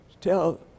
tell